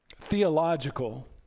theological